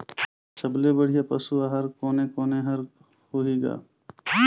सबले बढ़िया पशु आहार कोने कोने हर होही ग?